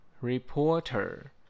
Reporter